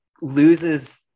loses